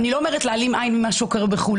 אני לא אומרת להעלים עין ממה שקורה בחו"ל,